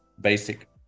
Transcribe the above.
basic